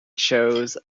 chose